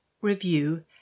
review